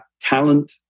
talent